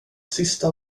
sista